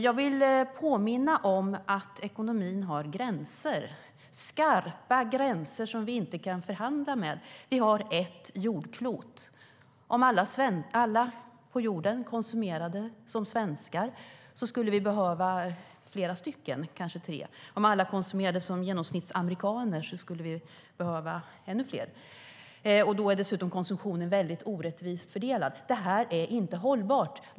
Jag vill påminna om att ekonomin har gränser - skarpa gränser som vi inte kan förhandla med. Vi har ett jordklot. Om alla på jorden konsumerade som svenskar skulle vi behöva flera stycken, kanske tre. Om alla konsumerade som genomsnittsamerikaner skulle vi behöva ännu fler. Då är dessutom konsumtionen orättvist fördelad. Detta är inte hållbart.